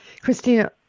Christina